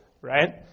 right